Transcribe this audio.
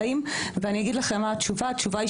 כשרק בשנה האחרונה התכנסנו לכדי הקמה של העמותה,